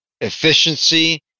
efficiency